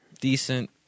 Decent